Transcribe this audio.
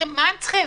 מה הם צריכים?